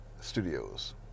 Studios